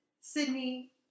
Sydney